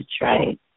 right